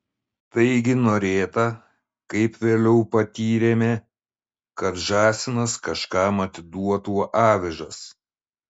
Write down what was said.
taigi norėta kaip vėliau patyrėme kad žąsinas kažkam atiduotų avižas